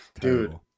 Dude